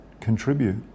contribute